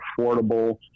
affordable